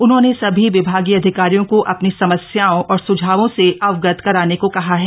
उन्होंने सभी विभागीय अधिकारियों को अपनी समस्याओं और सूझावों से अवगत कराने को कहा है